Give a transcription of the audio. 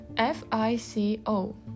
F-I-C-O